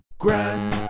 grand